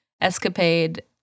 escapade